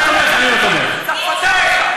אני לא תומך, הממשלה תומכת.